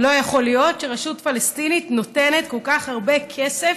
לא יכול להיות שהרשות הפלסטינית נותנת כל כך הרבה כסף,